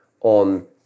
on